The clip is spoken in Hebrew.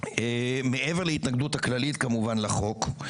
מעבר להתנגדות הכללית כמובן לחוק,